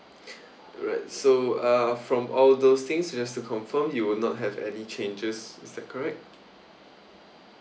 alright so uh from all those things just to confirm you will not have any changes is that correct